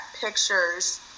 pictures